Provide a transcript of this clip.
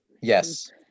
Yes